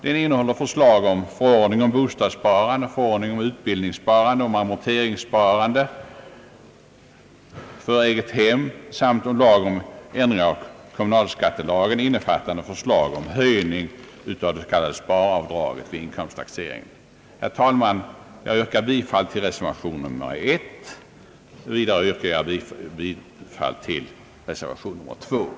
De innehåller förslag om förordning om bostadssparandet, förordning om utbildningssparandet, amorteringssparande för eget hem samt förslag om ändring av kommunalskattelagen innebärande en höjning av avdraget vid inkomsttaxering. Herr talman! Jag yrkar bifall till reservationerna I och II.